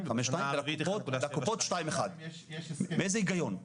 אנחנו לא מבינים מה ההיגיון מאחורי